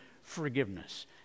forgiveness